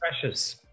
precious